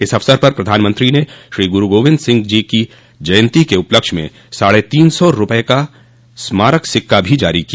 इस अवसर पर प्रधानमंत्री ने श्री गुरू गोविंद सिंह की जयंती के उपलक्ष्य में साढ़े तीन सौ रूपये का स्मारक सिक्का भी जारी किया